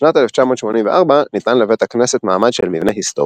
בשנת 1984 ניתן לבית הכנסת מעמד של מבנה היסטורי.